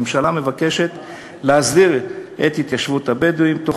הממשלה מבקשת להסדיר את התיישבות הבדואים תוך